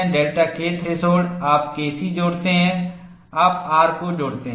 delta K threshold आप K c जोड़ते हैं आप R को जोड़ते हैं